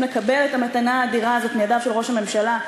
לקבל את המתנה האדירה הזאת מידיו של ראש הממשלה,